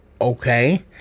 okay